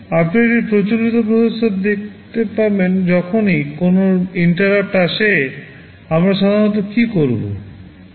আপনি একটি প্রচলিত প্রসেসরে দেখতে পাবেন যখনই কোনও INTERRUPT আসে আমরা সাধারণত কী করব